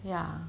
ya